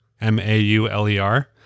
M-A-U-L-E-R